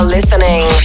listening